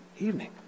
evening